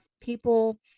people